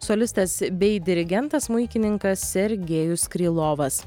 solistas bei dirigentas smuikininkas sergėjus krylovas